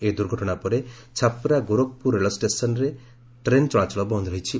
ଏହି ଦୁର୍ଘଟଣା ପରେ ଛାପ୍ରା ଗୋରଖପୁର ରେଳ ସେକ୍କନ୍ରେ ଟ୍ରେନ୍ ଚଳାଚଳ ବନ୍ଦ୍ ରହିଛି